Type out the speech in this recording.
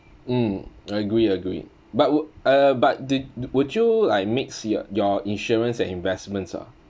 mm I agree agree but w~ uh but did would you like mix your your insurance and investments ah